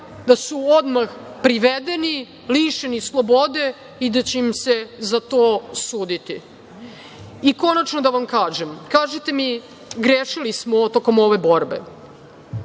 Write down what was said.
da su odmah privedeni, lišeni slobode i da će im se za to suditi. Konačno da vam kažem, kažete mi, grešili smo tokom ove borbe.